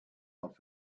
off